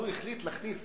הוא החליט להכניס